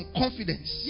confidence